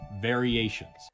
variations